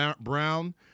Brown